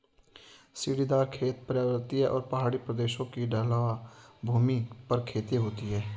सीढ़ीदार खेत, पर्वतीय या पहाड़ी प्रदेशों की ढलवां भूमि पर खेती होती है